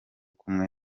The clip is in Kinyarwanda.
kumwe